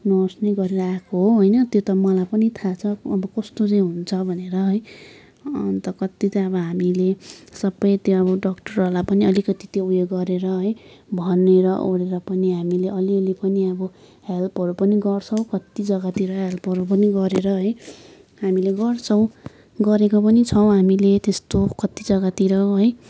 nurse नै गरेर आएको हो होइन त्यो त मलाई पनि थाहा छ अब कस्तो चाहिँ हुन्छ भनेर है अन्त कति चाहिँ अब हामीले सबै त्यो अब डाक्टरहरूलाई पनि अलिकति त्यो उयो गरेर है भनेरओरेर पनि हामीले अलिअलि पनि अब हेल्पहरू पनि गर्छौँ कति जग्गातिर हेल्पहरू पनि गरेर है हामीले गर्छौ गरेको पनि छौँ हामीले त्यस्तो कति जग्गातिर है